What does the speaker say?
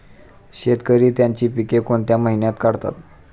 शेतकरी त्यांची पीके कोणत्या महिन्यात काढतात?